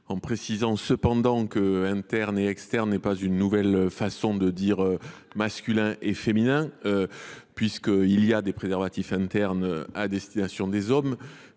Je précise cependant que « interne » et « externe » n’est pas une nouvelle façon de dire « féminin » et « masculin », puisqu’il y a des préservatifs internes à destination des hommes.